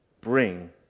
Bring